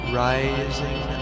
rising